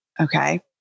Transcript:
Okay